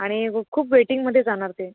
आणि खूप खूप वेटींगमध्ये जाणार ते